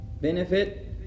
Benefit